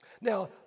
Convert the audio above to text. Now